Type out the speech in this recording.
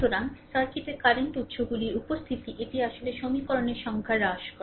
সুতরাং সার্কিটের কারেন্ট উত্সগুলির উপস্থিতি এটি আসলে সমীকরণের সংখ্যা হ্রাস করে